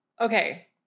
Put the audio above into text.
Okay